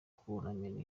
kunamira